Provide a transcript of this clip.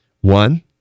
One